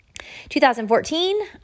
2014